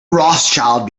rothschild